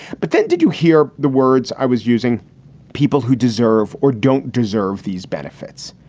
but then did you hear the words i was using people who deserve or don't deserve these benefits?